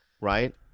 Right